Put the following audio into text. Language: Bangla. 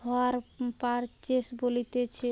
হাইয়ার পারচেস বলতিছে